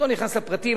לא ניכנס לפרטים.